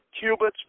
cubits